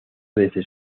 desde